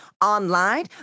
online